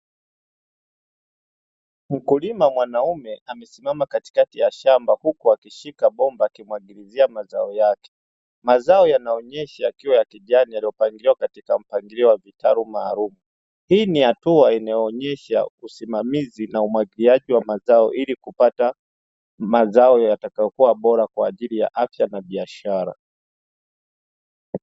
Mkulima mwanaume amesimama katikati ya shamba huku akishika bomba akimwagilizia mazao yake, mazao yanaonesha yakiwa ya kijani yaliyopangiliwa katika mpangilio wa vitalu maalumu; hii ni hatua inayoonesha usimamizi na umwagiliaji wa mazao ili kupata mazao yatakayokua bora kwa ajili ya afya na biashara.